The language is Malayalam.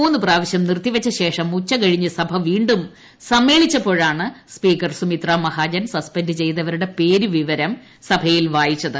മൂന്നു പ്രാവശ്യം നിറുത്തിവച്ചശേഷം ഉച്ചകഴിഞ്ഞ് സഭ വീണ്ടും സമ്മേളിച്ചപ്പോഴാണ് സ്പീക്കർ സുമിത്ര മഹാജൻ സപ്സെന്റ് ചെയ്തവരുടെ പേരു വിവരം സഭയിൽ വായിച്ചത്